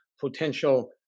potential